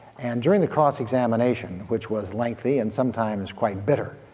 and during the cross examination which was lengthy and sometimes quite bitter,